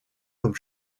comme